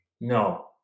no